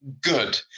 good